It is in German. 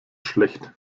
schlecht